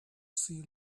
see